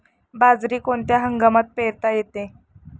बाजरी कोणत्या हंगामात पेरता येते?